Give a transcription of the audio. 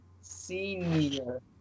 senior